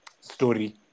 story